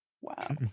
Wow